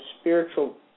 spiritual